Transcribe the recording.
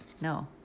No